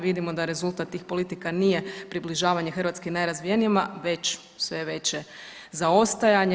Vidimo da rezultat tih politika nije približavanje Hrvatske najrazvijenijima već sve veće zaostajanje.